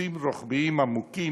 קיצוצים רוחביים עמוקים,